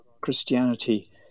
Christianity